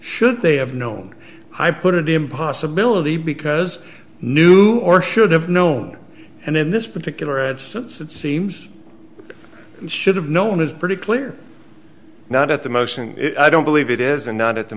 should they have known i put it in possibility because new or should have known and in this particular instance it seems and should have known is pretty clear not at the motion i don't believe it is and not at the